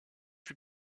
fut